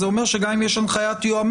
אז זה אומר שגם אם יש הנחיית יועמ"ש,